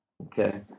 Okay